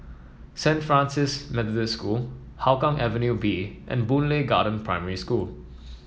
Saint Francis Methodist School Hougang Avenue B and Boon Lay Garden Primary School